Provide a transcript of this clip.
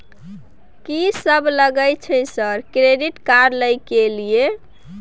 कि सब लगय हय सर क्रेडिट कार्ड लय के लिए?